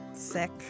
sick